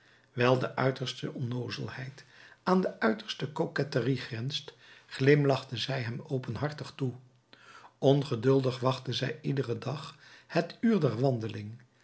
wijl de uiterste onnoozelheid aan de uiterste coquetterie grenst glimlachte zij hem openhartig toe ongeduldig wachtte zij iederen dag het uur der wandeling